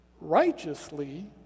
righteously